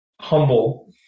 humble